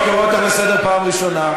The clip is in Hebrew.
אני קורא אותך לסדר פעם ראשונה.